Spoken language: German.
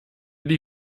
die